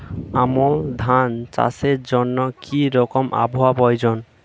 আমন ধান চাষের জন্য কি রকম আবহাওয়া প্রয়োজন?